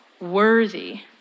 worthy